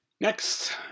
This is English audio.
Next